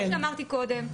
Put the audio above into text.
כמו שאמרתי קודם: